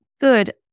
good